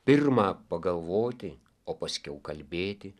pirma pagalvoti o paskiau kalbėti